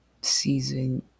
season